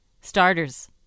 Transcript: starters